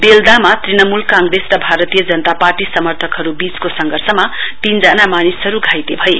बेलदामा Trinamool Congress र Bharatiya Janata party समर्थकहरूबीचको संघर्षमा तीनजना मानिसहरू घाइते भए